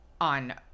on